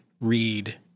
read